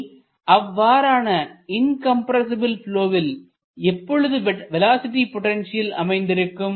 இனி அவ்வாறான இன்கம்ரசிபில் ப்லொவில் எப்பொழுது வேலோஸிட்டி பொட்டன்ஷியல் அமைந்திருக்கும்